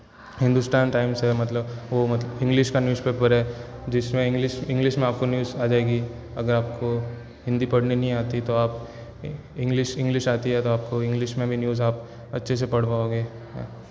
Hindustan Times है मतलब वो मतलब इंग्लिश का न्यूज़पेपर है जिसमें इंग्लिश इंग्लिश में आपको न्यूज़ आ जाएगी अगर आपको हिंदी पढ़नी नहीं आती तो आप इंग्लिश इंग्लिश आती है तो आपको इंग्लिश में भी न्यूज़ आप अच्छे से पढ पाओगे